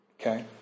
Okay